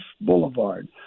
Boulevard